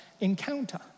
encounter